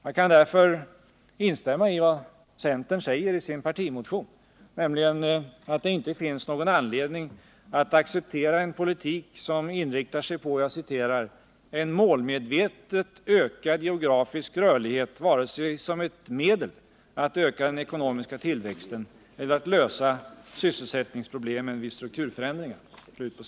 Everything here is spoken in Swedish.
Jag kan därför instämma i vad centern säger i sin partimotion, nämligen att det inte finns någon anledning att acceptera en politik som inriktar sig på ”en målmedvetet ökad geografisk rörlighet, varken som ett medel att öka den ekonomiska tillväxten eller att lösa sysselsättningsproblemen vid strukturförändringar”.